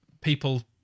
people